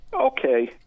okay